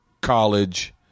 college –